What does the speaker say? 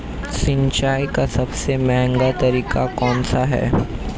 सिंचाई का सबसे महंगा तरीका कौन सा है?